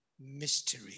mystery